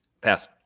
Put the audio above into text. Pass